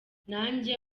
nanjye